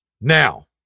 Now